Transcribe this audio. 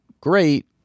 great